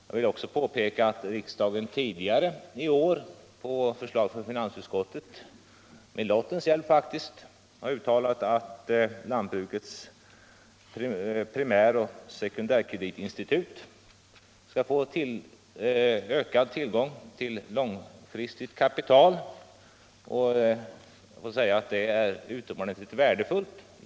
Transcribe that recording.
Jag vill också påpeka att riksdagen tidigare i år, på förslag från finansutskottet, har uttalat att jordbrukets primäroch sekundärkreditinstitut skall få ökad tillgång till långfristigt kapital. Det är utomordentligt värdefullt.